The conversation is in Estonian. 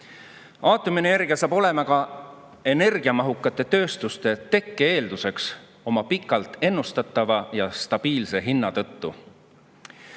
Aatomienergia saab ka energiamahukate tööstuste tekke eelduseks oma pikalt ennustatava ja stabiilse hinna